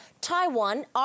Taiwan